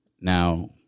Now